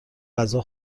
غذا